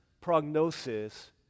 prognosis